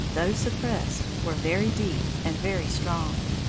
though suppressed, were very deep and very strong.